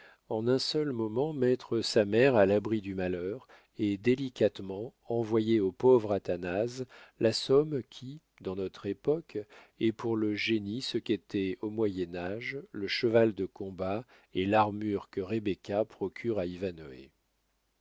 en un seul moment mettre sa mère à l'abri du malheur et délicatement envoyer au pauvre athanase la somme qui dans notre époque est pour le génie ce qu'était au moyen-âge le cheval de combat et l'armure que rebecca procure à